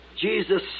Jesus